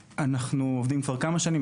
אנחנו עובדים כבר כמה שנים,